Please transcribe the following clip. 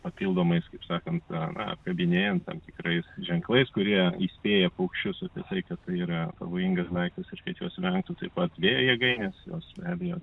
papildomais kaip sakant ar na apkabinėjant tam tikrais ženklais kurie įspėja paukščius apie tai kad tai yra pavojingas daiktas ir kad jos vengtų taip pat vėjo jėgainės jos be abejo